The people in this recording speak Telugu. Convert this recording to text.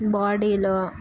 బాడీలో